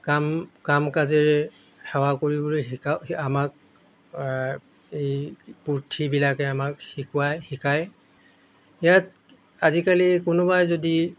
কাম কাম কাজেৰে সেৱা কৰিবলৈ শিকা আমাক এই পুঠিবিলাকে আমাক শিকোৱাই শিকায় ইয়াত আজিকালি কোনোবাই যদি